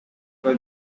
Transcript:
for